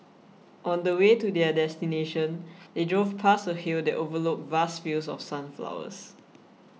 on the way to their destination they drove past a hill that overlooked vast fields of sunflowers